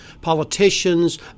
Politicians